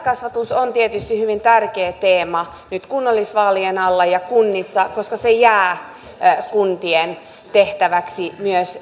on tietysti hyvin tärkeä teema nyt kunnallisvaalien alla ja kunnissa koska se jää kuntien tehtäväksi